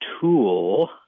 tool